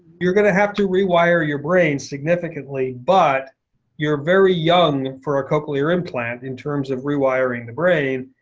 you're going to have to rewire your brain significantly, but you're very young for a cochlear implant in terms of rewiring the brain.